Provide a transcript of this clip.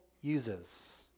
uses